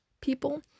people